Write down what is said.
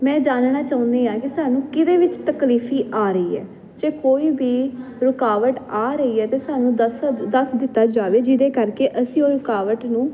ਮੈਂ ਜਾਣਣਾ ਚਾਹੁੰਦੀ ਆ ਕਿ ਸਾਨੂੰ ਕਿਹਦੇ ਵਿੱਚ ਤਕਲੀਫ਼ੀ ਆ ਰਹੀ ਹੈ ਜੇ ਕੋਈ ਵੀ ਰੁਕਾਵਟ ਆ ਰਹੀ ਐ ਤੇ ਸਾਨੂੰ ਦੱਸ ਦੱਸ ਦਿੱਤਾ ਜਾਵੇ ਜਿਹਦੇ ਕਰਕੇ ਅਸੀਂ ਉਹ ਰੁਕਾਵਟ ਨੂੰ